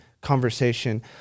conversation